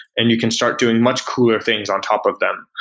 and you can start doing much cooler things on top of them.